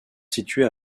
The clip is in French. situées